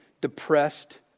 depressed